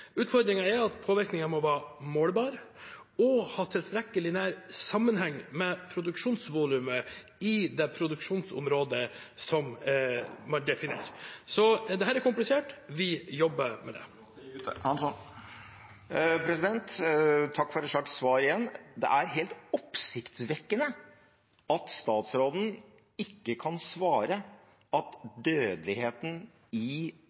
er at påvirkningen må være målbar og ha tilstrekkelig nær sammenheng med produksjonsvolumet i det produksjonsområdet som man definerer. Dette er komplisert – vi jobber med det. Takk for et slags svar igjen. Det er helt oppsiktsvekkende at statsråden ikke kan svare at dødeligheten i